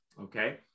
Okay